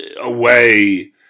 away